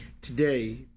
today